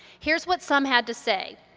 here's what some had to say.